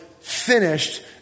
finished